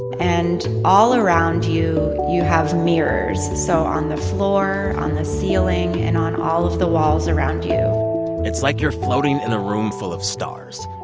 and all around you, you have mirrors so on the floor, on the ceiling and on all of the walls around you it's like you're floating in a room full of stars.